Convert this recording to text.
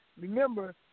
Remember